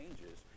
changes